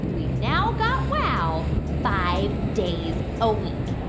we've now got wow five days a week.